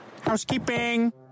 Housekeeping